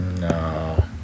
No